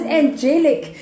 angelic